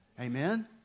Amen